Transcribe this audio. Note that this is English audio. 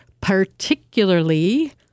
particularly